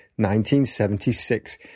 1976